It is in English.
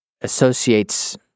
associates